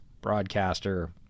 broadcaster